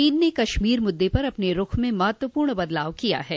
चीन ने कश्मीर मुद्दे पर अपने रुख में महत्वपूर्ण बदलाव किया है